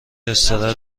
استراحت